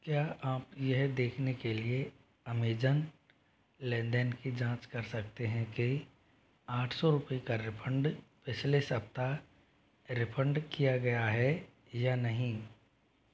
क्या आप यह देखने के लिए अमेजन लेन देन की जाँच कर सकते हैं कि आठ सौ रुपये का रिफंड पिछले सप्ताह रिफंड किया गया है या नहीं